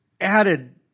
added